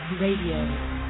Radio